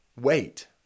wait